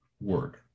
word